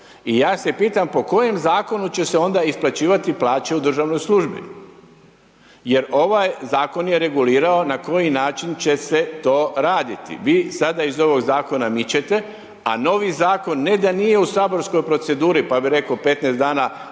I ja se pitam po kojem zakonu će se onda isplaćivati plaće u državnoj službi jer ovaj zakon je regulirao na koji način će se to raditi. Vi sada iz ovog zakona mičete a novi zakon ne da nije u saborskoj proceduri pa bih rekao 15 dana